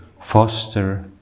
foster